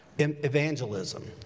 evangelism